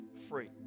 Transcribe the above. free